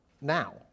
now